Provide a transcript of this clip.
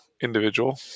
Individual